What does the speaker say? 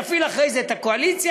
תפעיל אחרי זה את הקואליציה,